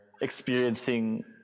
experiencing